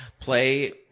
play